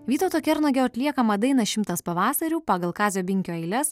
vytauto kernagio atliekamą dainą šimtas pavasarių pagal kazio binkio eiles